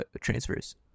transfers